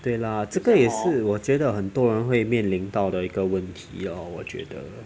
对啦这个也是我觉得很多人会面临到的一个问题 lor 我觉得